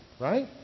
Right